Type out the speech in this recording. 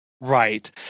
Right